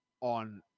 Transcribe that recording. on